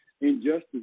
injustice